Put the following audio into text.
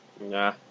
Nah